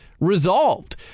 resolved